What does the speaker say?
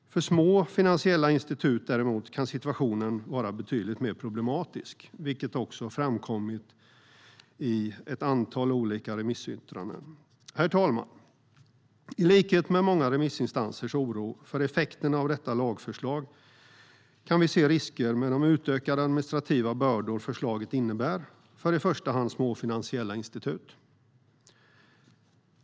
För små finansiella institut däremot kan situationen vara betydligt mer problematisk, vilket också framkommit i ett antal olika remissyttranden. Herr talman! I likhet med många remissinstanser som hyser oro för effekterna av detta lagförslag kan vi se risker med de utökade administrativa bördor förslaget innebär för i första hand små finansiella institut.